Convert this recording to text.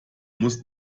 muss